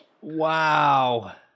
Wow